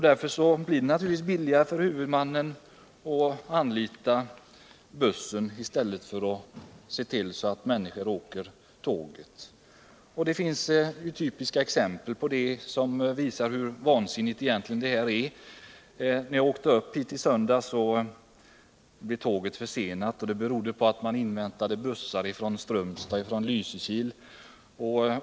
Därför blir det naturligtvis billigare för huvudmannen att ha busstrafik än att verka för att människorna reser med tåg. Det finns typiska exempel som visar hur vansinnigt det här är. När jag reste upp i söndags blev tåget försenat. Det berodde på att man inväntade bussar från Strömstad och Lysekil.